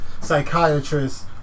psychiatrist